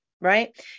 right